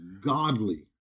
godly